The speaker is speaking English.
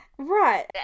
Right